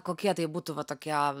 kokie tai būtų va tokie